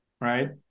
right